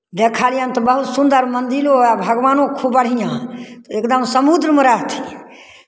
देखलियनि तऽ बहुत सुन्दर मन्दिरो आ भगवानो खूब बढ़िआँ एकदम समुद्रमे रहथिन